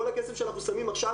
כל הכסף שאנחנו שמים עכשיו,